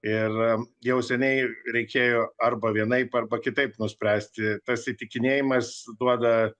ir jau seniai reikėjo arba vienaip arba kitaip nuspręsti tas įtikinėjimas duoda